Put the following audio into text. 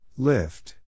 Lift